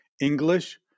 english